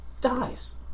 dies